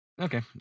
Okay